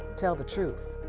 tell the truth.